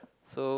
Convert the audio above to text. so